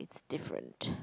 it's different